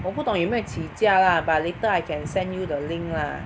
我不懂有没有起价 lah but later I can send you the link lah